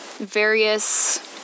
various